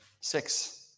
six